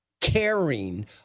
caring